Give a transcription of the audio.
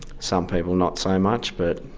some people not so much, but